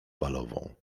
balową